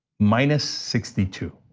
minus sixty two.